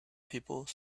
people